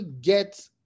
get